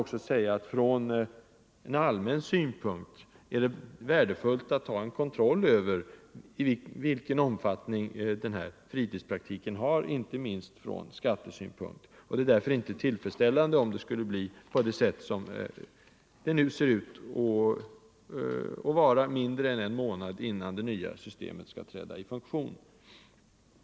Det är också från allmän synpunkt värdefullt att ha en kontroll över vilken omfattning fritidspraktiken har, inte minst från skattesynpunkt. Det är därför inte tillfredsställande om det skulle bli som det nu ser ut, mindre än en månad innan det nya systemet skall träda i funktion.